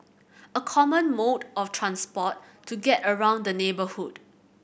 a common mode of transport to get around the neighbourhood